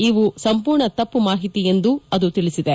ಇವು ಸಂಪೂರ್ಣ ತಪ್ಪು ಮಾಹಿತಿ ಎಂದು ಅದು ತಿಳಿಸಿದೆ